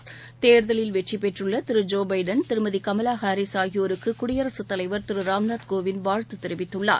இந்நிலையில் தேர்தவில் வெற்றி பெற்றுள்ள திரு ஜோ பைடன் திருமதி கமலா ஹாரிஸ் ஆகியோருக்கு குடியரசுத் தலைவர் திரு ராம்நாத் கோவிந்த் வாழ்த்து தெரிவித்துள்ளார்